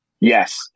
Yes